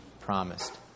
promised